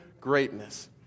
greatness